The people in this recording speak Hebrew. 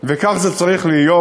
וכך זה צריך להיות,